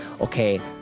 okay